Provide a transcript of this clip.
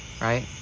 Right